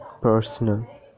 personal